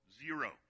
Zero